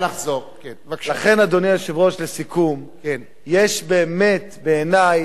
לכן, אדוני היושב-ראש, לסיכום, יש באמת, בעיני,